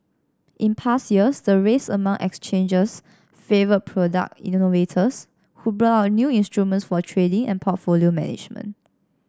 in past years the race among exchanges favoured product innovators who brought out new instruments for trading and portfolio management